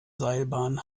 seilbahn